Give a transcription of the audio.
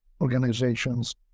organizations